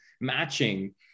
matching